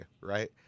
right